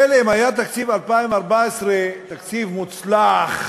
מילא אם היה תקציב 2014 תקציב מוצלח,